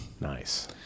Nice